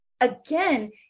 again